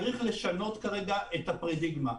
צריך לשנות כרגע את הפרדיגמה.